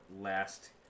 last